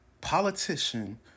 politician